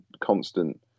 constant